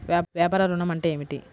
వ్యాపార ఋణం అంటే ఏమిటి?